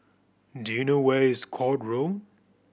do you know where is Court Road